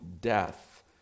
death